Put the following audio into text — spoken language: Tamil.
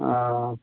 ஆ